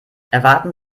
erwarten